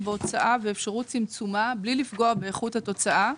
בהוצאה ואפשרות צמצומה בלי לפגוע באיכות התוצאה,